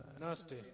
Nasty